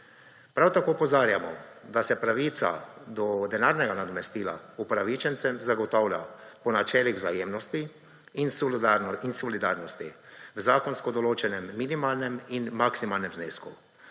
Prav tako opozarjamo, da se pravica do denarnega nadomestila upravičencem zagotavlja po načelih vzajemnosti in solidarnosti v zakonsko določenem minimalnem in maksimalnem znesku.